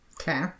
Okay